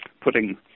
putting